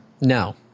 No